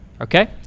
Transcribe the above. Okay